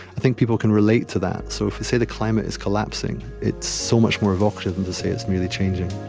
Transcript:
i think people can relate to that. so if we say the climate is collapsing, it's so much more evocative than to say it's merely changing